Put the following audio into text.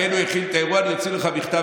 אני אוציא לך מכתב,